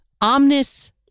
Omnis